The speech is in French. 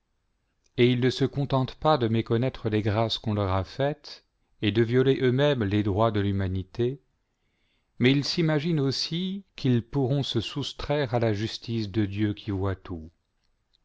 et ils ne se contentent pas de méconnaître les grâces qu'on leur a faites et de violer eux-mêmes les droits de l'humanité mais ils s'imaginent aussi qu'ils pourront se soustraire à la justice de dieu qui voit tout